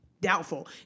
Doubtful